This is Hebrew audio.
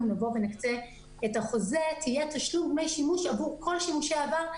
נקצה את החוזה יהיה תשלום דמי שימוש עבור כל שימושי העבר.